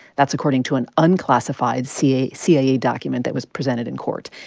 that's according to an unclassified cia cia document that was presented in court.